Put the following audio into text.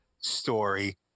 story